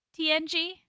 TNG